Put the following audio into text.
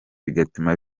bigatuma